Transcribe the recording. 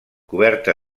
coberta